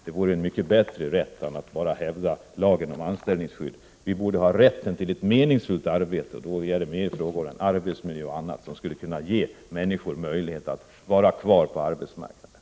Det borde vara en mycket bättre rättighet än att bara hävda lagen om anställningsskydd. Vi borde ha rätten till ett meningsfullt arbete. Då handlar frågorna mera om arbetsmiljö och sådant som kan ge människor möjligheter att vara kvar på arbetsmarknaden.